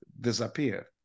Disappear